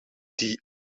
die